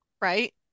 right